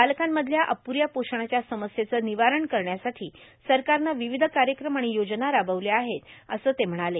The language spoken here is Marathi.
बालकांमधल्या अप्ऱ्या पोषणाच्या समस्येचं र्भिनवारण करण्यासाठो सरकारनं र्वावध कायक्रम आर्मण योजना राबवल्या आहेत असं ते म्हणाले